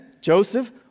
Joseph